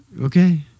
Okay